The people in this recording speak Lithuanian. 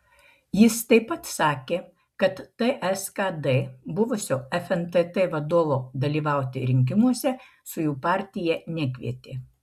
jis taip pat sakė kad ts kd buvusio fntt vadovo dalyvauti rinkimuose su jų partija nekvietė